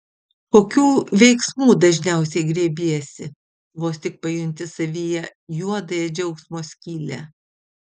kokių veiksmų dažniausiai griebiesi vos tik pajunti savyje juodąją džiaugsmo skylę